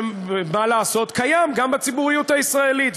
שמה לעשות, קיים גם בציבוריות הישראלית.